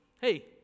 Hey